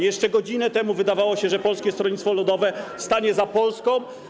Jeszcze godzinę temu wydawało się, że Polskie Stronnictwo Ludowe stanie za Polską.